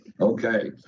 Okay